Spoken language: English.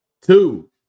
two